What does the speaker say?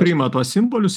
priima tuos simbolius